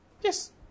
Yes